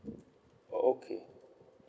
oh okay